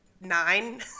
nine